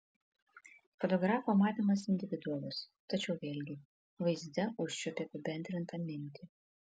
fotografo matymas individualus tačiau vėlgi vaizde užčiuopi apibendrintą mintį